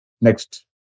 Next